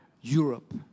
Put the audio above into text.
Europe